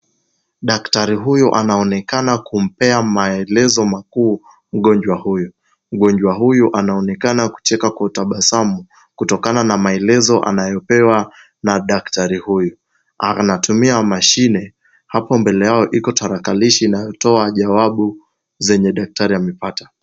Daktari huyu anaonekana kumpea maelezo makuu mgonjwa huyu. Mgonjwa huyu anaonekana kucheka kwa utabasamu, kutokana na maelezo anayopewa na daktari huyu. Anatumia mashine, hapo mbele yao iko tarakilishi inayotoa jawabu zenye daktari amepata.